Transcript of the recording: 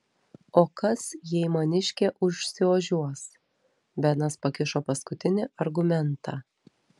o kas jei maniškė užsiožiuos benas pakišo paskutinį argumentą